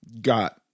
got